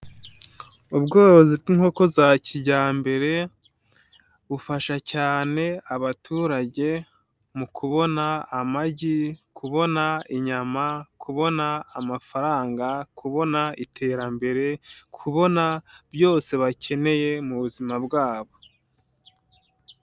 Ubworozi bw'inkoko za kijyambere, bufasha cyane abaturage mu kubona amagi, kubona inyama, kubona amafaranga, kubona iterambere, kubona byose bakeneye mu buzima bwabo.